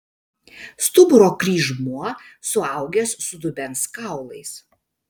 stuburo kryžmuo suaugęs su dubens kaulais